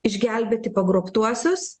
išgelbėti pagrobtuosius